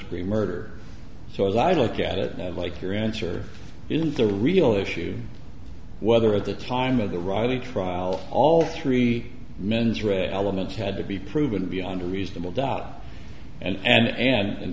degree murder so as i look at it now i'd like your answer isn't the real issue whether at the time of the right to trial all three men's red elements had to be proven beyond a reasonable doubt and and and